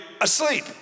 asleep